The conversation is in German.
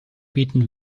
bieten